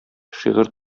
шигырь